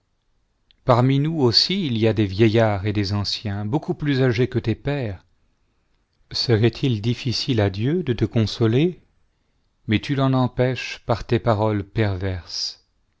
parmi nous aussi il y a des vieillards et des anciens beaucoup plus âgés que tes pères serait-il difficile à dieu de te consoler mais tu l'en empêches par tes paroles perverses